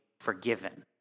forgiven